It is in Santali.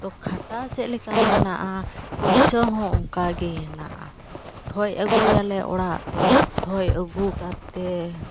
ᱛᱚ ᱠᱷᱟᱴᱟᱣ ᱪᱮᱫ ᱞᱮᱠᱟ ᱢᱮᱱᱟᱜᱼᱟ ᱯᱩᱭᱥᱟᱹ ᱦᱚᱸ ᱚᱱᱠᱟ ᱜᱮ ᱦᱮᱱᱟᱜᱼᱟ ᱴᱷᱚᱡ ᱟᱹᱜᱩᱭᱟᱞᱮ ᱚᱲᱟᱜ ᱛᱮ ᱴᱷᱚᱡ ᱟᱹᱜᱩ ᱠᱟᱛᱮ